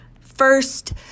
First